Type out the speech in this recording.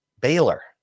Baylor